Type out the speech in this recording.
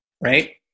right